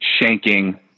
shanking